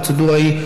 הפרוצדורה היא: